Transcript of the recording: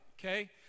okay